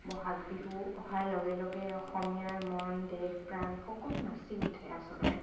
বহাগ বিহু অহাৰ লগে লগে অসমীয়াৰ মন দেহ প্ৰাণ সকলো নাচি উঠে আচলতে